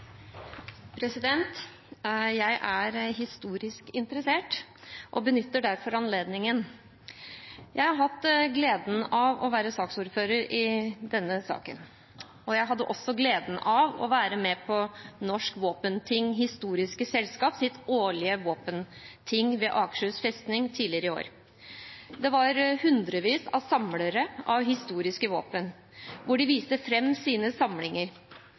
historisk interessert og benytter derfor anledningen. Jeg har hatt gleden av å være saksordfører i denne saken, og jeg hadde også gleden av å være med på Norsk Våpenhistorisk Selskaps årlige våpenting ved Akershus festning tidligere i år. Der var det hundrevis av samlere av historiske våpen som viste fram sine samlinger.